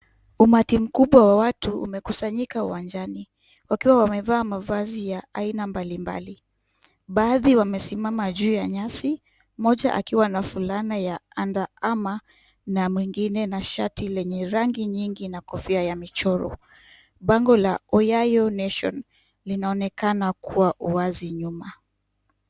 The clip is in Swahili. Umati mkubwa wa watu umekusanyika uwanjani wakiwa wamevaa mavazi ya aina mbalimbali. Baadhi wamesimama juu ya nyasi, mmoja akiwa na fulana ya under armer na mwingine na shati lenye rangi nyingi na kofia ya michoro. Bango la Nyayo Nation linaonekana kwa uwazi nyuma.